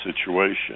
situation